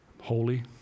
Holy